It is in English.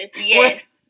yes